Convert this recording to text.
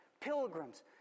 pilgrims